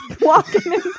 walking